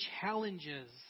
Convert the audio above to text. challenges